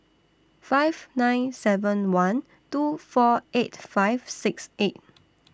five nine seven one two four eight five six eight